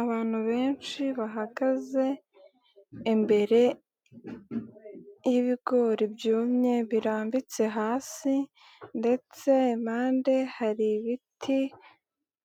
Abantu benshi bahagaze imbere y'ibigori byumye birambitse hasi ndetse impande hari ibiti